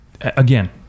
again